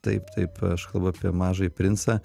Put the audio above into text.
taip taip aš kalbu apie mažąjį princą